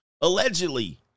Allegedly